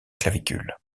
clavicule